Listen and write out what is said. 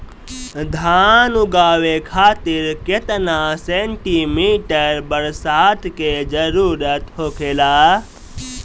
धान उगावे खातिर केतना सेंटीमीटर बरसात के जरूरत होखेला?